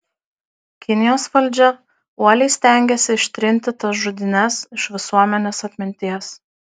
kinijos valdžia uoliai stengėsi ištrinti tas žudynes iš visuomenės atminties